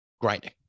Grinding